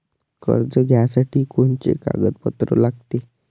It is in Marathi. कर्ज घ्यासाठी कोनचे कागदपत्र लागते?